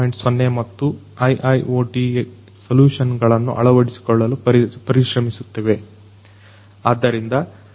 0 ಮತ್ತು IIoT solution ಗಳನ್ನು ಅಳವಡಿಸಿಕೊಳ್ಳಲು ಪರಿಶ್ರಮಿಸುತ್ತವೆ